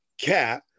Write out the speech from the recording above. cat